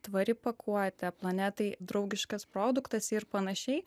tvari pakuotė planetai draugiškas produktas ir panašiai